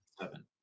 seven